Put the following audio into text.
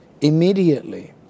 immediately